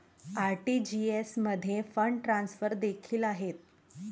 RTGS मध्ये fund transfer देखील आहेत